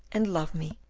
and love me.